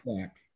back